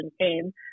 came